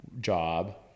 job